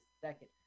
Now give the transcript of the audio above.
second